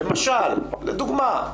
לדוגמה,